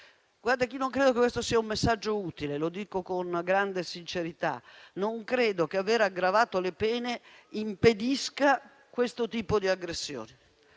e delle pene. Non credo che questo sia un messaggio utile e lo dico con grande sincerità; non credo che aver aggravato le pene impedisca questo tipo di aggressioni.